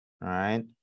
right